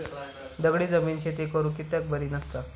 दगडी जमीन शेती करुक कित्याक बरी नसता?